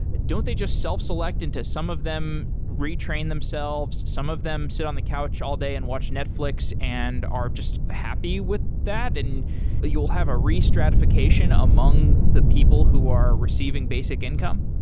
don't they just self-select into some of them retrain themselves, some of them sit on the couch all day and watch netflix and are just happy with that. and you'll have a restratification among the people who are receiving basic income?